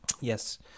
Yes